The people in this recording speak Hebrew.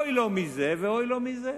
אוי לו מזה ואוי לו מזה.